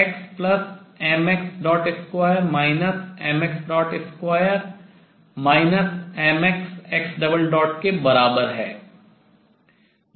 जो xxmx2 mx2 mxx के बराबर है